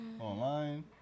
online